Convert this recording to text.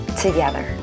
together